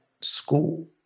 school